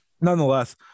nonetheless